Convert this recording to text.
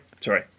sorry